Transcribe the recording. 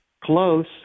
Close